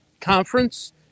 conference